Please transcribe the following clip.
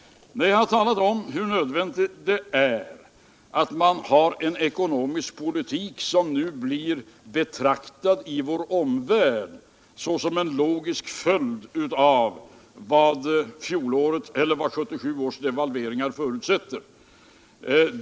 Jag har här talat om hur nödvändigt det är att föra en ekonomisk politik som i vår omvärld blir betraktad som en logisk följd av vad 1977 års devalveringar förutsätter.